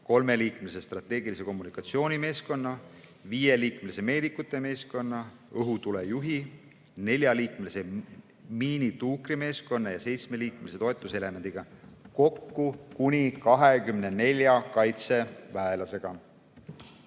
kolmeliikmelise strateegilise kommunikatsiooni meeskonna, viieliikmelise meedikute meeskonna, õhutulejuhi, neljaliikmelise miinituukrimeeskonna ja seitsmeliikmelise toetuselemendiga, kokku kuni 24 kaitseväelasega.